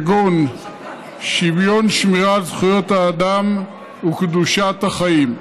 כגון שוויון בשמירה על זכויות אדם וקדושת החיים.